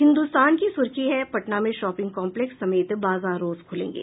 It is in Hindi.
हिन्दुस्तान की सुर्खी है पटना में शॉपिंग कॉम्प्लेक्स समेत बाजार रोज खुलेंगे